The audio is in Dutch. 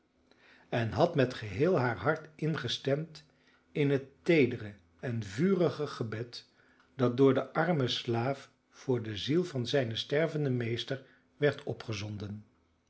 en had met geheel haar hart ingestemd in het teedere en vurige gebed dat door den armen slaaf voor de ziel van zijnen stervenden meester werd opgezonden